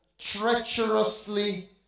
treacherously